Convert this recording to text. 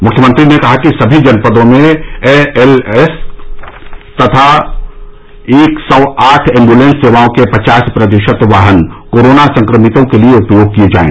मुख्यमंत्री ने कहा कि सभी जनपदों में ए एल एस तथा एक सौ आठ ऐम्बुलेंस सेवाओं के पचास प्रतिशत वाहन कोरोना संक्रमितों के लिये उपयोग किये जाये